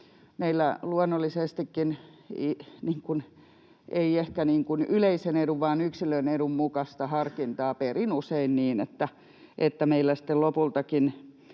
ei ehkä yleisen edun vaan yksilön edun mukaista harkintaa perin usein niin, että sitten lopultakin